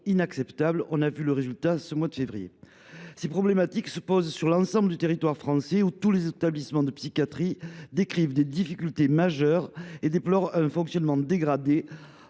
inacceptables. Nous en avons observé le résultat au mois de février. Ces problématiques se posent sur l’ensemble du territoire français, où tous les établissements de psychiatrie décrivent des difficultés majeures et déplorent un fonctionnement dégradé